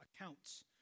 accounts